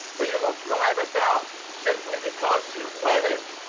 but you will drive us out, simply because you will it.